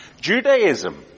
Judaism